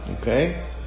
Okay